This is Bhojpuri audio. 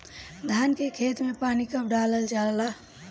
धान के खेत मे पानी कब डालल जा ला?